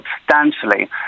substantially